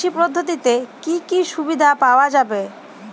কৃষি পদ্ধতিতে কি কি সুবিধা পাওয়া যাবে?